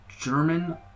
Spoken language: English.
German